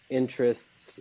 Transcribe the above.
interests